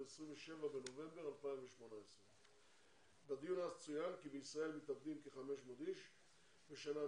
ב-27 בנובמבר 2018. בדיון אז צוין שבישראל מתאבדים כ-500 איש בשנה,